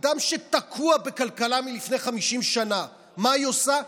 אדם שתקוע בכלכלה מלפני 50 שנה, מה היא עושה?